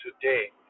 today